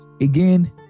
again